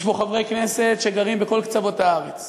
יש פה חברי כנסת שגרים בכל קצוות הארץ.